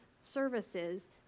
services